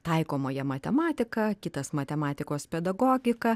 taikomąją matematiką kitas matematikos pedagogiką